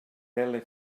pele